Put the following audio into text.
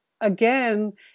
again